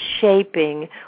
shaping